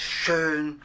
schön